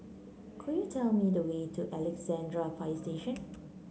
could you tell me the way to Alexandra Fire Station